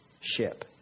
ship